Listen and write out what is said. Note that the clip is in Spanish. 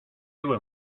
buen